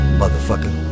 motherfucker